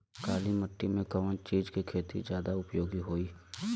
काली माटी में कवन चीज़ के खेती ज्यादा उपयोगी होयी?